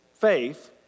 faith